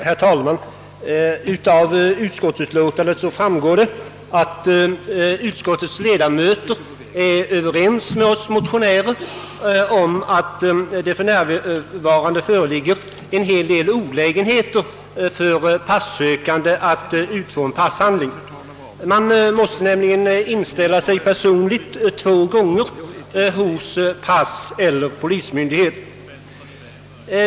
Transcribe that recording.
Herr talman! Av utskottsutlåtandet framgår att utskottets ledamöter är överens med oss motionärer om att det för närvarande föreligger en hel del olägenheter för passökande att utfå en passhandling. Man måste nämligen inställa sig personligen två gånger hos passeller polismyndighet.